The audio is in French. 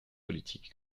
politiques